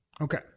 Okay